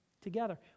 together